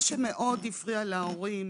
מה שהפריע להורים,